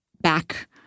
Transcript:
back